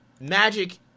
Magic